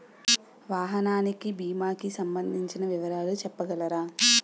వాహనానికి భీమా కి సంబందించిన వివరాలు చెప్పగలరా?